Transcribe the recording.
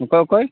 ᱚᱠᱚᱭ ᱚᱠᱚᱭ